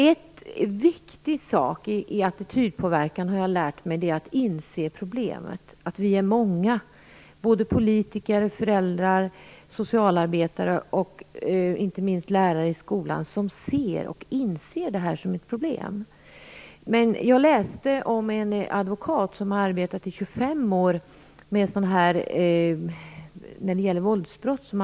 En viktig sak i attitydpåverkan är att inse problemet. Det har jag lärt mig. Det är viktigt att vi är många - politiker, föräldrar, socialarbetare och inte minst lärare i skolan - som ser och inser att detta är ett problem. Jag har läst om en advokat som har arbetat i 25 år med alkoholrelaterade våldsbrott.